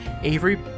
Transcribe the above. Avery